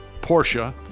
Porsche